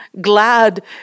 glad